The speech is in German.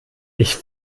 ich